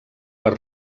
per